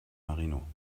marino